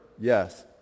Yes